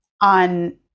on